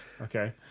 Okay